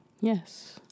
Yes